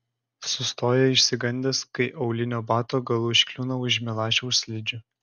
sustoja išsigandęs kai aulinio bato galu užkliūna už milašiaus slidžių